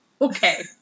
Okay